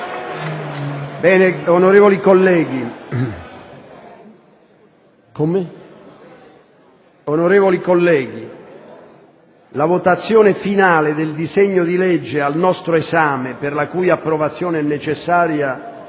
Onorevoli colleghi, la votazione finale del disegno di legge al nostro esame, per la cui approvazione è necessaria